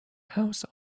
house